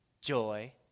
joy